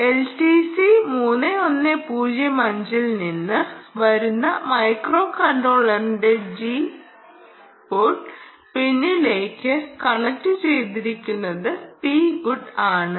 LTC 3105 ൽ നിന്ന് വരുന്ന മൈക്രോകൺട്രോളറിന്റെ GPOO പിൻയിലേക്ക് കണക്റ്റുചെയ്തിരിക്കുന്നത് Pgood ആണ്